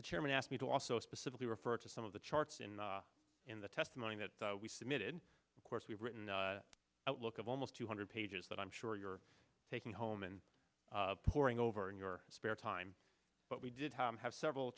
the chairman asked me to also specifically refer to some of the charts and in the testimony that we submitted of course we've written outlook of almost two hundred pages that i'm sure you're taking home and poring over in your spare time but we did have several